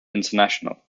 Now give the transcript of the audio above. international